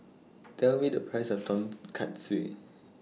Tell Me The Price of Tonkatsu